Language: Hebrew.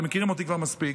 אתם מכירים אותי כבר מספיק.